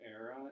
era